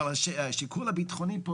אבל השיקול הביטחוני פה,